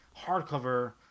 hardcover